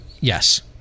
Yes